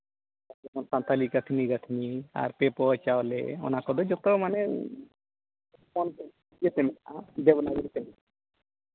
ᱥᱟᱱᱛᱟᱲᱤ ᱠᱟᱹᱛᱷᱱᱤ ᱜᱟᱹᱛᱷᱱᱤ ᱟᱨ ᱯᱮ ᱯᱩᱣᱟᱹ ᱪᱟᱣᱞᱮ ᱚᱱᱟ ᱠᱚᱫᱚ ᱡᱚᱛᱚ ᱢᱟᱱᱮ ᱤᱭᱟᱹ ᱛᱮ ᱢᱮᱱᱟᱜᱼᱟ ᱫᱮᱵᱽᱱᱟᱜᱚᱨᱤ ᱛᱮ ᱢᱮᱱᱟᱜᱼᱟ